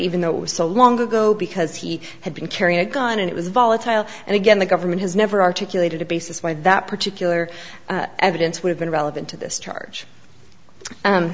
even though it was so long ago because he had been carrying a gun and it was volatile and again the government has never articulated a basis why that particular evidence would have been relevant to this ch